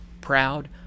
proud